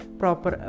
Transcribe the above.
proper